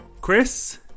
Chris